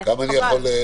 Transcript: כמה אני יכול להרים?